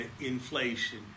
inflation